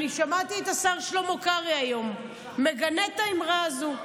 שמעתי היום את השר שלמה קרעי מגנה את האמירה הזאת.